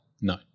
no